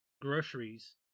groceries